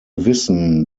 wissen